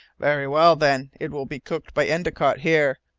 very well, then it will be cooked by endicott here,